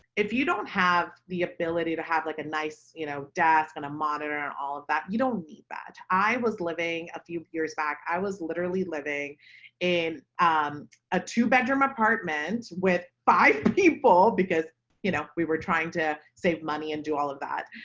if you don't have the ability to have like a nice you know desk and a monitor and all of that. you don't need that i was living a few years back i was literally living in shireen jaffer um a two bedroom apartment with five people because you know we were trying to save money and do all of that.